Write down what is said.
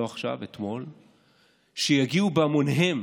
לא עכשיו, אתמול, שיגיעו בהמוניהם